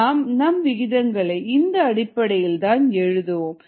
நாம் நம் விகிதங்களை இந்த அடிப்படையில் தான் எழுதுவோம்